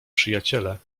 przyjaciele